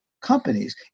companies